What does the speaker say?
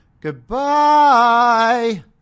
Goodbye